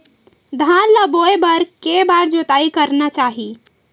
धान ल बोए बर के बार जोताई करना चाही?